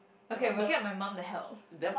okay we'll get my mum to help